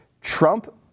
Trump